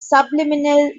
subliminal